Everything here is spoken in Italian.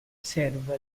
serve